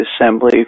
assembly